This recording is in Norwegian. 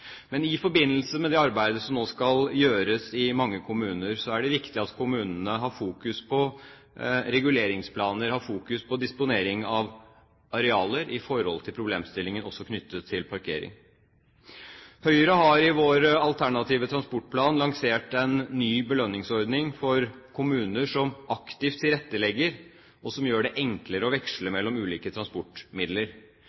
Men i forbindelse med det arbeidet som nå skal gjøres i mange kommuner, er det viktig at kommunenes reguleringsplaner også har fokus på disponering av arealer i forhold til problemstillingen knyttet til parkering. Høyre har i sin alternative transportplan lansert en ny belønningsordning for kommuner som aktivt tilrettelegger, og som gjør det enklere å veksle